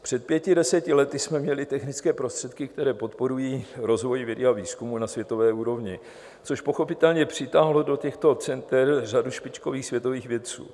Před pěti, deseti lety jsme měli technické prostředky, které podporují rozvoj vědy a výzkumu na světové úrovni, což pochopitelně přitáhlo do těchto center řadu špičkových světových vědců.